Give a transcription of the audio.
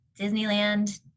Disneyland